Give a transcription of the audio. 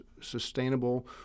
sustainable